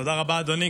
תודה רבה, אדוני.